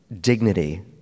dignity